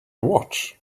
watch